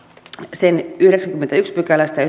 sen yhdeksännestäkymmenennestäensimmäisestä pykälästä ja